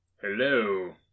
Hello